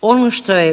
Ovim što je